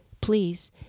please